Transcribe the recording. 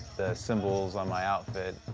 the symbols on my outfit,